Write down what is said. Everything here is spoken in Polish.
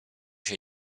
się